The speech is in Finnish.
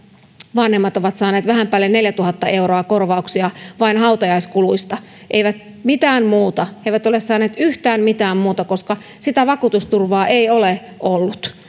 vanhemmat ovat saaneet vähän päälle neljätuhatta euroa korvauksia vain hautajaiskuluista eivät mitään muuta he eivät ole saaneet yhtään mitään muuta koska vakuutusturvaa ei ole ollut